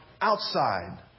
outside